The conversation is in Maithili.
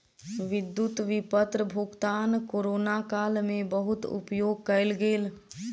विद्युत विपत्र भुगतान कोरोना काल में बहुत उपयोग कयल गेल